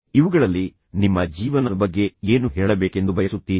ಇವುಗಳಲ್ಲಿ ಪ್ರತಿಯೊಂದೂ ನಿಮ್ಮ ಬಗ್ಗೆ ಮತ್ತು ನಿಮ್ಮ ಜೀವನದ ಬಗ್ಗೆ ಏನು ಹೇಳಬೇಕೆಂದು ನೀವು ಬಯಸುತ್ತೀರಿ